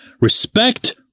respect